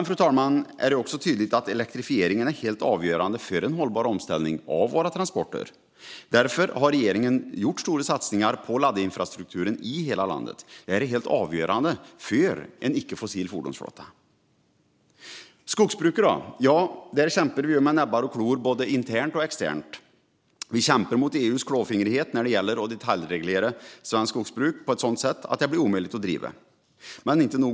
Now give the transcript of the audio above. Fru talman! Det är också tydligt att elektrifieringen är avgörande för en hållbar omställning av transporterna. Därför har regeringen gjort stora satsningar på laddinfrastrukturen i hela landet. Det är helt avgörande för en ickefossil fordonsflotta. Vad gäller skogsbruket kämpar vi med näbbar och klor både internt och externt. Vi kämpar mot EU:s klåfingrighet när det gäller att detaljreglera svenskt skogsbruk på ett sådant sätt att det blir omöjligt att driva.